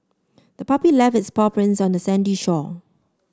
the puppy left its paw prints on the sandy shore